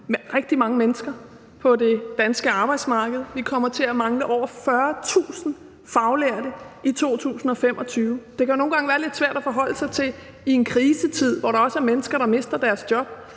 rigtig mange mennesker på det danske arbejdsmarked – vi kommer til at mangle over 40.000 faglærte i 2025. Det kan nogle gange være lidt svært at forholde sig til i en krisetid, hvor der også er mennesker, der mister deres job,